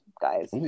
guys